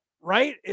Right